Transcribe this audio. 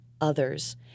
others